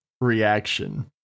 reaction